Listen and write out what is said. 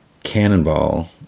Cannonball